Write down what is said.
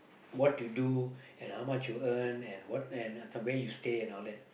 what you do and how much you earn and what and where you stay and all that